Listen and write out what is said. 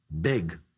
big